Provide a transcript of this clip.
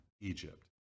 Egypt